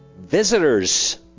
visitors